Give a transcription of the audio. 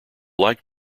liked